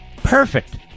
Perfect